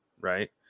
Right